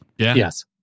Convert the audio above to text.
Yes